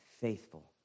faithful